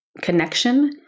connection